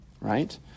right